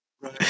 Right